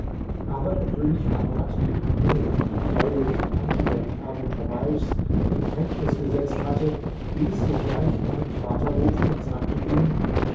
aber der könig amrad den ein engel von den treulosen anschlägen abu tawaifs in kenntnis gesetzt hatte ließ sogleich meinen vater rufen und sagte ihm